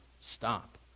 stop